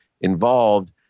involved